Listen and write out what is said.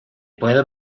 puedo